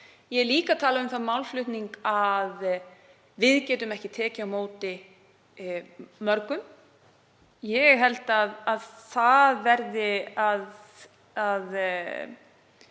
Ég er líka að tala um þann málflutning að við getum ekki tekið á móti mörgum. Ég held að það verði að